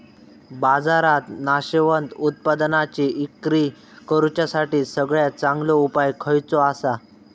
बाजारात नाशवंत उत्पादनांची इक्री करुच्यासाठी सगळ्यात चांगलो उपाय खयचो आसा?